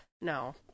no